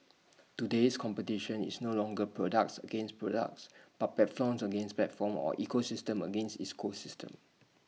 today's competition is no longer products against products but platforms against platforms or ecosystems against ecosystems